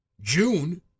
June